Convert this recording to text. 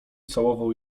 całował